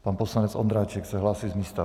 Pan poslanec Ondráček se hlásí z místa.